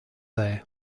they